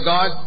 God